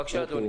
בבקשה, אדוני.